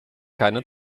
keine